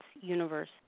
universe